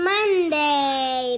Monday